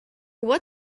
what